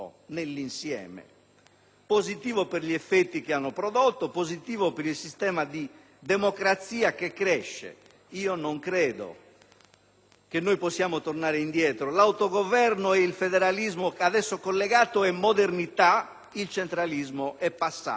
positivo, sia per gli effetti che ha prodotto, sia per il sistema di democrazia che cresce. Non credo che possiamo tornare indietro: l'autogoverno e il federalismo ad esso collegato è modernità; il centralismo è passato e sarebbe